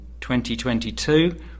2022